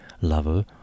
lover